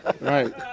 Right